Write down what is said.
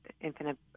Infinite